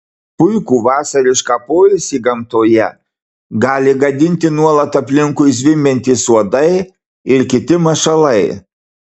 puikų vasarišką poilsį gamtoje gali gadinti nuolat aplinkui zvimbiantys uodai ir kiti mašalai